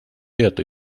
это